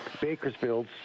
bakersfield